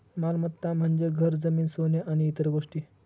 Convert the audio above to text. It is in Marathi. मालमत्ता म्हणजे घर, जमीन, सोने आणि इतर गोष्टी